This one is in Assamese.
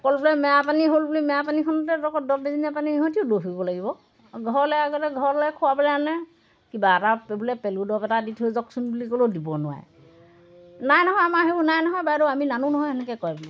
অকল বোলে মেৰাপানী হ'ল বুলি মেৰাপানীখনতে লাগিব ঘৰলৈ আগতে ঘৰলৈ খোৱাবলৈ আনে কিবা এটা বোলে পেলুৰ দৰৱ এটা দি থৈ যাওকচোন বুলি ক'লেও দিব নোৱাৰে নাই নহয় আমাৰ সেইবোৰ নাই নহয় বাইদেউ আমি নানো নহয় তেনেকৈ কয় বোলে